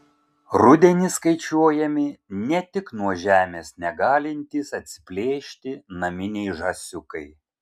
rudenį skaičiuojami ne tik nuo žemės negalintys atsiplėšti naminiai žąsiukai